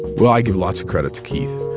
well, i give lots of credit to keith.